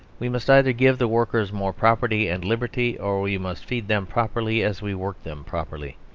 we must either give the workers more property and liberty, or we must feed them properly as we work them properly.